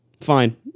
Fine